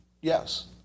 Yes